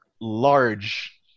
large